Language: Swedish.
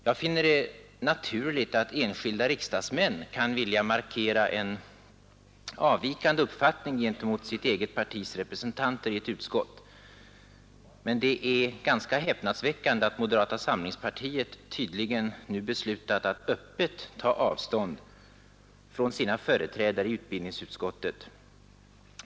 Jag finner det naturligt att enskilda riksdagsmän kan vilja markera en avvikande uppfattning gentemot sitt eget partis representanter i ett utskott, men det är ganska häpnadsväckande att moderata samlingspartiet tydligen nu beslutat att öppet ta avstånd från sina företrädare i utbildningsutskottet.